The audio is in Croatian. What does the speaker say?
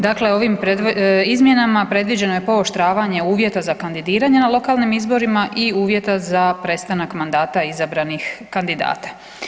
Dakle, ovim izmjenama predviđeno je pooštravanje uvjeta za kandidiranje na lokalnim izborima i uvjetima za prestanak mandata izabranih kandidata.